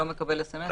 לא מקבל סמ"ס.